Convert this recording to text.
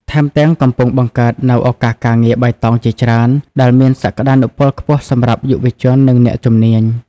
ថែមទាំងកំពុងបង្កើតនូវឱកាសការងារបៃតងជាច្រើន ដែលមានសក្តានុពលខ្ពស់សម្រាប់យុវជន និងអ្នកជំនាញ។